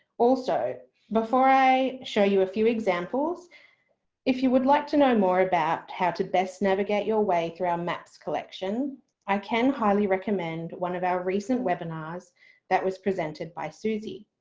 also before i show you a few examples if you would like to know more about how to best navigate your way through our maps collection i can highly recommend one of our recent webinars webinars that was presented by susie.